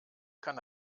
kann